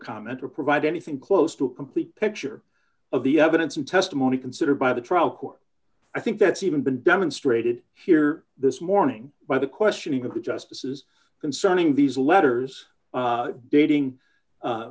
comment or provide anything close to a complete picture of the evidence and testimony considered by the trial court i think that's even been demonstrated here this morning by the questioning of the justices concerning these letters dating